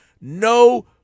no